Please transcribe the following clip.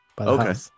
Okay